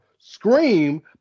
scream